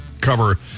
cover